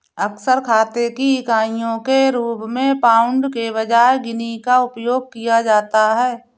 अक्सर खाते की इकाइयों के रूप में पाउंड के बजाय गिनी का उपयोग किया जाता है